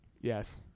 Yes